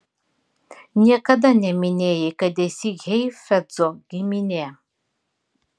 niekada neminėjai kad esi heifetzo giminė